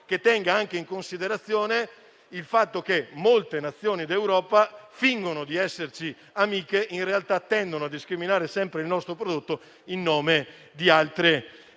che tenga anche in considerazione il fatto che molte Nazioni d'Europa fingono di esserci amiche, ma in realtà tendono a discriminare sempre il nostro prodotto in nome di altre culture,